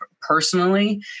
personally